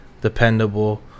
dependable